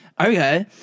Okay